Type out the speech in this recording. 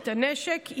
את הנשק,